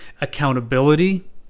accountability